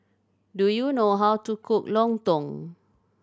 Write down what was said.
do you know how to cook lontong